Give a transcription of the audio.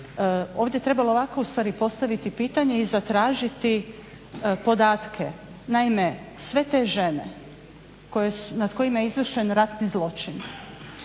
ovdje trebalo ovako ustvari postaviti pitanje i zatražiti podatke. Naime, sve te žene nad kojima je izvršen ratni zločin